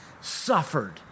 suffered